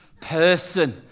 person